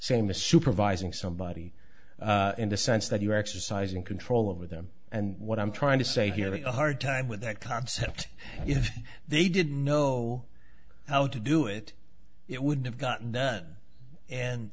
same a supervisor and somebody in the sense that you are exercising control over them and what i'm trying to say having a hard time with that concept if they didn't know how to do it it wouldn't have gotten done and